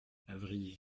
avrillé